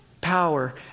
power